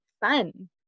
fun